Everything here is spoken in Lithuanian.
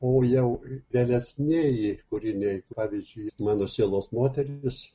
o jau vėlesnieji kūriniai pavyzdžiui mano sielos moteris